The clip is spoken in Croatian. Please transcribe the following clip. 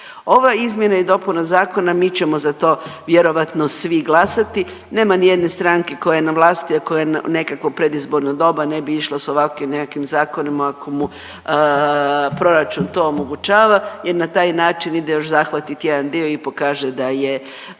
Ovaj izmjena i dopuna zakona, mi ćemo za to vjerovatno svi glasati, nema nijedne stranke koja je na vlasti, a koja u nekakvo predizborno doba ne bi išla sa ovakvim nekakvim zakonom ako mu proračun to omogućava jer na taj način ide još zahvatiti jedan dio i pokaže da je,